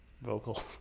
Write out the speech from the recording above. vocal